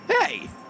Hey